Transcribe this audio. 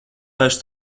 vairs